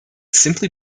simply